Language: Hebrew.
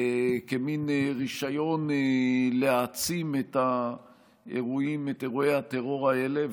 כמין רישיון להעצים את אירועי הטרור האלה,